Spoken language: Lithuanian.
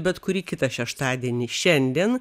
bet kurį kitą šeštadienį šiandien